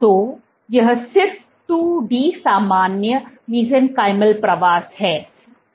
तो यह सिर्फ 2 D सामान्य मेसेनकाइमल प्रवास है